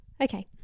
okay